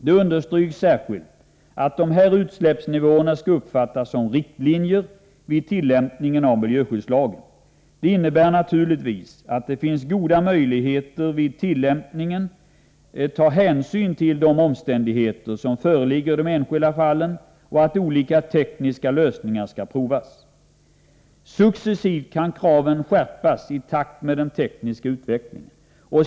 Det understryks särskilt att de här utsläppsnivåerna skall uppfattas som riktlinjer vid tillämpningen av miljöskyddslagen. Det innebär naturligtvis att det finns goda möjligheter att vid tillämpningen ta hänsyn till de omständigheter som föreligger i de enskilda fallen och att olika tekniska lösningar skall provas. Successivt kan kraven skärpas i takt med den tekniska utvecklingen.